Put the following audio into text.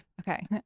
Okay